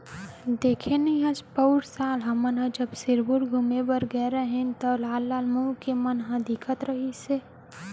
देखे नइ हस पउर साल हमन जब सिरपुर घूमें बर गए रहेन तौ लाल लाल मुंह के मन दिखत रहिन हे